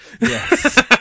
Yes